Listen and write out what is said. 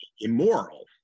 immoral